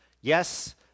yes